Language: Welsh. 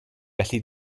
felly